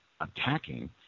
attacking